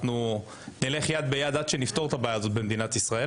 אנחנו נלך יד ביד עד שנפתור את הבעיה הזאת במדינת ישראל